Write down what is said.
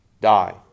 Die